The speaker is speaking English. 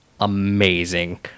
amazing